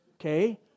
Okay